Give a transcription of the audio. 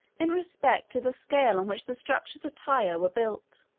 in respect to the scale on which the structures of tyre were built.